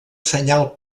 senyal